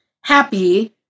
happy